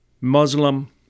Muslim